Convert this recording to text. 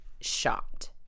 shot